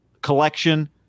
collection